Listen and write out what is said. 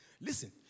listen